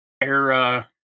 era